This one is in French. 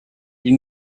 ils